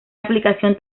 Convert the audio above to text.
aplicación